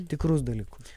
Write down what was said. tikrus dalykus